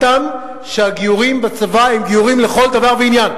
שלהם שהגיורים בצבא הם גיורים לכל דבר ועניין.